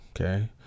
okay